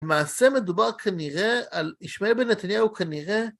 למעשה מדובר כנראה על... ישמעאל בן נתניה הוא כנראה...